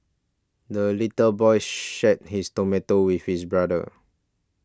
the little boy shared his tomato with his brother